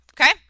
Okay